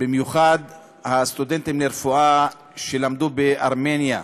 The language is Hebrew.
במיוחד הסטודנטים לרפואה שלמדו בארמניה.